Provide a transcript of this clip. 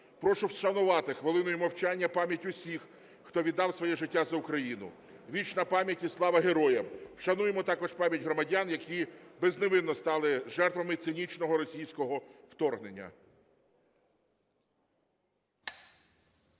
Прошу вшанувати хвилиною мовчання пам'ять усіх, хто віддав своє життя за Україну. Вічна пам'ять і слава героям! Вшануємо також пам'ять громадян, які безневинно стали жертвами цинічного російського вторгнення.